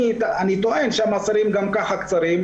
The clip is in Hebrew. אני טוען שהמאסרים גם ככה קצרים,